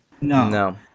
No